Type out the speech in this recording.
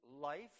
life